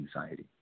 anxiety